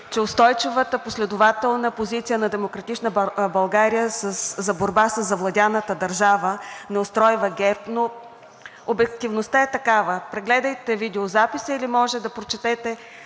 че устойчивата последователна позиция на „Демократична България“ за борба със завладяната държава не устройва ГЕРБ, но обективността е такава. Прегледайте видеозаписа или може да прочете